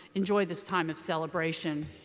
enjoy this time of celebration.